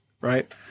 right